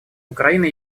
украина